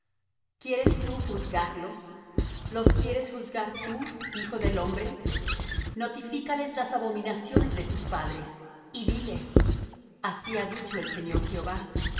quieres tú juzgarlos los quieres juzgar tú hijo del hombre notifícales las abominaciones de sus padres y diles así ha dicho el señor jehová